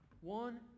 One